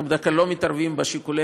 אנחנו בדרך כלל לא מתערבים בשיקולי